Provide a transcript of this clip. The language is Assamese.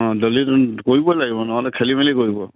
অঁ দলিল কৰিব লাগিব নহ'লে খেলি মেলি কৰিব